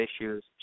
issues